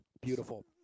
Beautiful